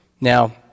Now